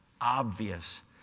obvious